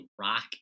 rock